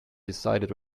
decided